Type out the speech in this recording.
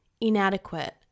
inadequate